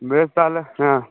ᱵᱮᱥ ᱛᱟᱦᱞᱮ ᱦᱮᱸ